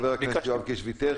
חבר הכנסת יואב קיש ויתר,